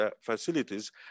facilities